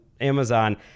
Amazon